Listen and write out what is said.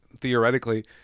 theoretically